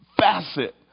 facet